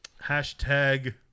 Hashtag